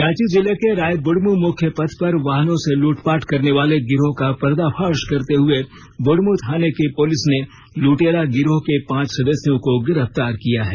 रांची जिले के राय बुढ़मू मुख्य पथ पर वाहनों से लूटपाट करनेवाले गिरोह का पर्दाफाश करते हुए बुढ़मू थाने की पुलिस ने लुटेरा गिरोह के पांच सदस्यों को गिरफ्तार किया है